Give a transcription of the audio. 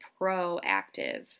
proactive